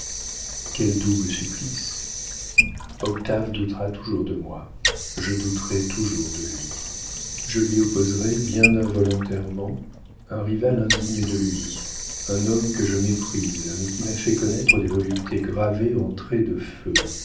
quel double supplice octave doutera toujours de moi je douterai toujours de lui je lui opposerai bien involontairement un rival indigne de lui un homme que je méprise mais qui m'a fait connaître des voluptés gravées en traits de feu